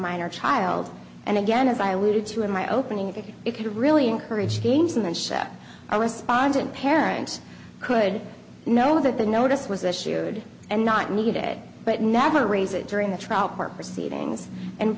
minor child and again as i alluded to in my opening if it could really encourage gamesmanship or respond to parents could know that the notice was issued and not need it but never raise it during the trial court proceedings and